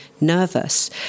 nervous